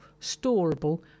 storable